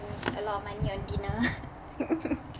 a lot of money on dinner